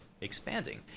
Expanding